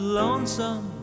lonesome